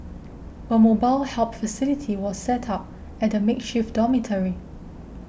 a mobile help facility was set up at the makeshift dormitory